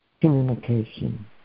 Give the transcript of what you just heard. communication